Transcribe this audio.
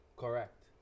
Correct